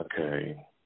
Okay